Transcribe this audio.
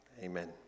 Amen